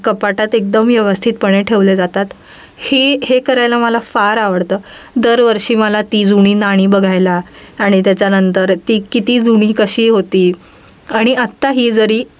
कपाटात एकदम व्यवस्थितपणे ठेवले जातात ही हे करायला मला फार आवडतं दरवर्षी मला ती जुनी नाणी बघायला आणि त्याच्यानंतर ती किती जुनी कशी होती आणि आत्ता ही जरी